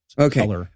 Okay